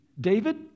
David